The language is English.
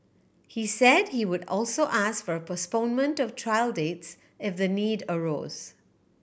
he said he would also ask for a postponement of trial dates if the need arose